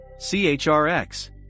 CHRX